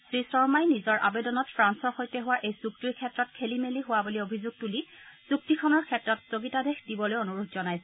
শ্ৰীশৰ্মাই নিজৰ আবেদনত ফ্ৰান্সৰ সৈতে হোৱা এই চুক্তিৰ ক্ষেত্ৰত খেলি মেলি হোৱা বুলি অভিযোগ তুলি চুক্তিখনৰ ক্ষেত্ৰত স্থগিতাদেশ দিবলৈ অনুৰোধ জনাইছে